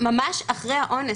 ממש אחרי האונס.